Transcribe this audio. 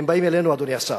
הם באים אלינו, אדוני השר,